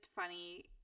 funny